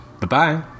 Bye-bye